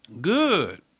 Good